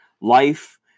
Life